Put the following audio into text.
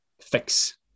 fix